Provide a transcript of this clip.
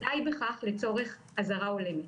די בכך לצורך אזהרה הולמת.